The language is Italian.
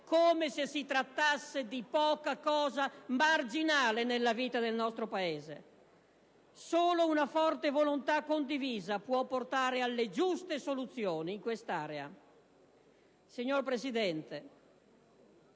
come se si trattasse di poca cosa marginale nella vita del nostro Paese. Solo una forte volontà condivisa può portare alle giuste soluzioni in quest'area.